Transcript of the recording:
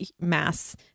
mass